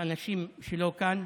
האנשים שלו כאן.